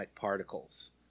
particles